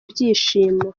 byishimo